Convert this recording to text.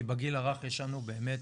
כי בגיל הרך יש לנו באמת,